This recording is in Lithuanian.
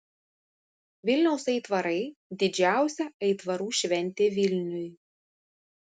vilniaus aitvarai didžiausia aitvarų šventė vilniui